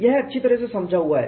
यह अच्छी तरह से समझा हुआ है